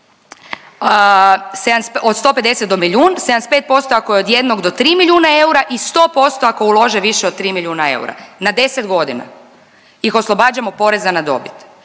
od 150 do milijun, 75% ako je od 1 do 3 milijuna eura i 100% ako ulože više od 3 milijuna eura na 10 godina ih oslobađamo poreza na dobit.